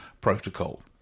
Protocol